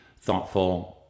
thoughtful